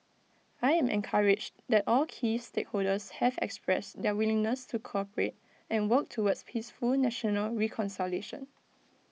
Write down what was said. I am encouraged that all key stakeholders have expressed their willingness to cooperate and work towards peaceful national reconciliation